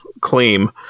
claim